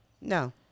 No